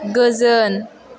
गोजोन